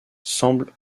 semble